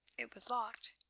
it was locked.